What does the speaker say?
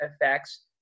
effects